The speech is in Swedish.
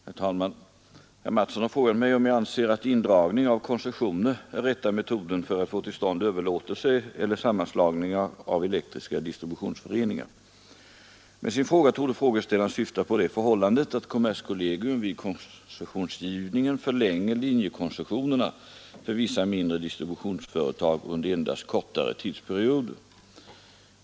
Herr talman! Herr Mattsson i Lane-Herrestad har frågat mig om jag anser att indragning av koncessioner är rätta metoden för att få till stånd överlåtelser eller sammanslagningar av elektriska distributionsföreningar. Med sin fråga torde frågeställaren syfta på det förhållandet att kommerskollegium vid koncessionsgivningen förlänger linjekoncessionerna för vissa mindre distributionsföretag under endast kortare tidsperioder.